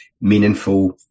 meaningful